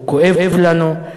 הוא כואב לנו.